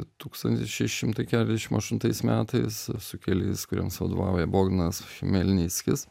tūkstantis šeši šimtai keturiasdešimt aštuntais metais sukilėliais kuriems vadovauja bogdanas chmelnickis